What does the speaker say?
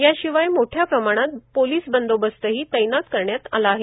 याशिवाय मोठ्या प्रमाणात पोलीस बंदोबस्त ही तैनात करण्यात आला आहे